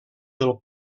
del